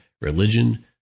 religion